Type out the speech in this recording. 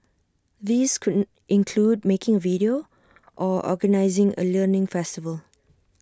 these couldn't include making A video or organising A learning festival